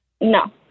No